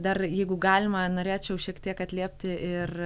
dar jeigu galima norėčiau šiek tiek atliepti ir